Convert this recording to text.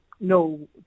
no